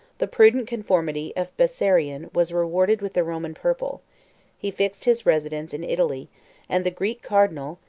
the prudent conformity of bessarion was rewarded with the roman purple he fixed his residence in italy and the greek cardinal,